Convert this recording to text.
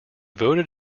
voted